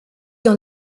dans